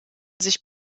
sich